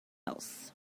else